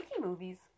movies